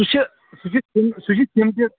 سُہ چھِ سُہ چھِ تِم سُہ چھِ تِم تہِ